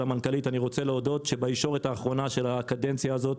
למנכ"לית אני רוצה להודות שבישורת האחרונה של הקדנציה הזאת